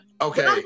okay